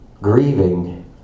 grieving